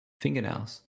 fingernails